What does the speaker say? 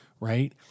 right